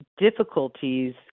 difficulties